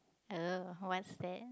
oh what's that